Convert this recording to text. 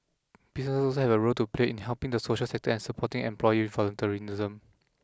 businesses also have a role to play in helping the social sector and supporting employee